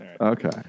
Okay